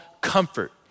comfort